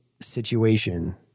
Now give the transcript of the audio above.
situation